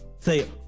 say